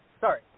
Sorry